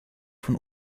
von